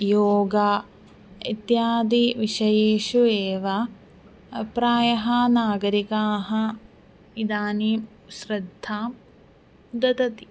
योगः इत्यादिविषयेषु एव प्रायः नागरिकाः इदानीं श्रद्धां ददति